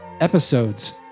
episodes